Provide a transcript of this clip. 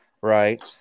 right